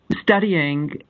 studying